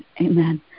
amen